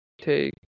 take